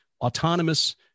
autonomous